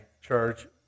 church